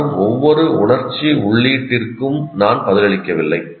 வரும் ஒவ்வொரு உணர்ச்சி உள்ளீட்டிற்கும் நான் பதிலளிக்கவில்லை